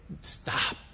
Stop